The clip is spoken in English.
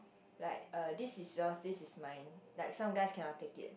like uh this is your this is mine like some guys cannot take it